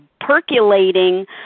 percolating